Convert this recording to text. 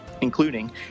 including